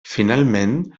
finalment